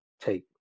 take